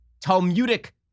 Talmudic